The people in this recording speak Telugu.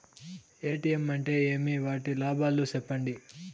ఎ.టి.ఎం అంటే ఏమి? వాటి లాభాలు సెప్పండి